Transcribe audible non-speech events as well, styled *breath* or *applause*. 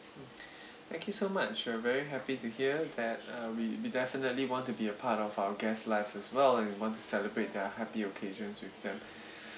mm *breath* thank you so much we're very happy to hear that uh we we definitely want to be a part of our guests' lives as well and we want to celebrate their happy occasions with them *breath*